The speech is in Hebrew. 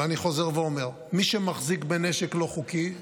ואני חוזר ואומר: מי שמחזיק בנשק לא חוקי,